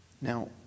Now